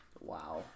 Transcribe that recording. Wow